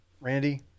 Randy